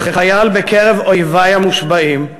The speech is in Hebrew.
כחייל, בקרב אויבי המושבעים,